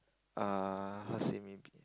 uh how to say maybe